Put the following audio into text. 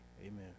Amen